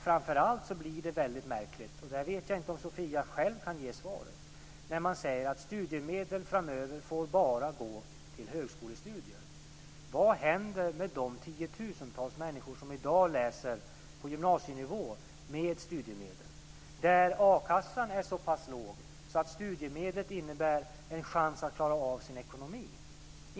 Framför allt blir det väldigt märkligt - och där vet jag inte om Sofia Jonsson själv kan ge svaret - när man säger att studiemedel framöver bara får gå till högskolestudier. Vad händer med de tiotusentals människor som i dag läser på gymnasienivå med studiemedel, där a-kassan är så pass låg att studiemedlet innebär en chans att klara sin ekonomi?